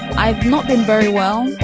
i've not been very well,